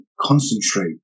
concentrate